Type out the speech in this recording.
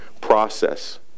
process